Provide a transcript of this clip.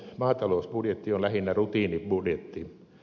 maatalousbudjetti on lähinnä rutiinibudjetti